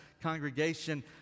congregation